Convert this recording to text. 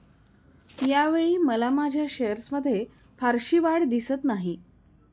यावेळी मला माझ्या शेअर्समध्ये फारशी वाढ दिसत नाही